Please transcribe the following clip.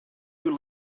you